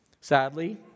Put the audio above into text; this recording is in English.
Sadly